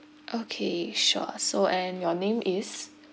okay sure so and your name is